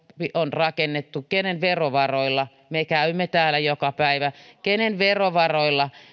on rakennettu kenen verovaroilla me käymme täällä joka päivä kenen verovaroilla